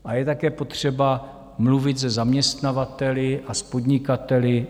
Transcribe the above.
A je také potřeba mluvit se zaměstnavateli a s podnikateli.